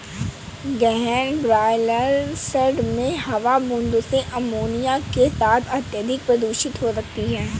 गहन broiler shed में हवा बूंदों से अमोनिया के साथ अत्यधिक प्रदूषित हो सकती है